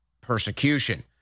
persecution